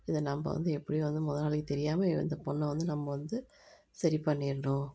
இதை நம்ம வந்து எப்படி வந்து முதலாளிக்கு தெரியாமல் இந்த பொண்ணை வந்து நம்ம வந்து சரி பண்ணிடணும்